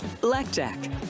Blackjack